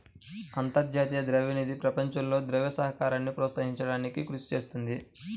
అంతర్జాతీయ ద్రవ్య నిధి ప్రపంచంలో ద్రవ్య సహకారాన్ని ప్రోత్సహించడానికి కృషి చేస్తుంది